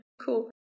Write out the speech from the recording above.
Cool